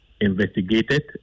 investigated